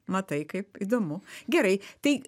matai kaip įdomu gerai tai